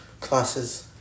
classes